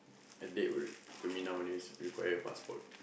at date will you mean nowadays require passport